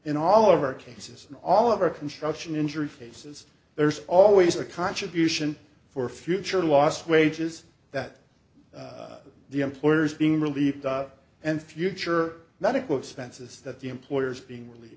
in all of our cases and all of our construction injury faces there's always a contribution for future lost wages that the employers being relieved and future medical expenses that the employers being really